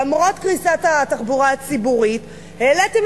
למרות קריסת התחבורה הציבורית העליתם